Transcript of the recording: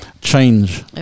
change